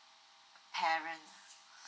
parents